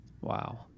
Wow